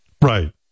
Right